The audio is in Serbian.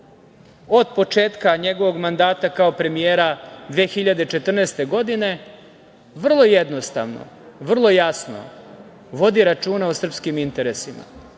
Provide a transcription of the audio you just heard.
od početka njegovog mandata kao premijera 2014. godine. Vrlo jednostavno, vrlo jasno vodi računa o srpskim interesima,